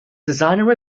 designer